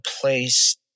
place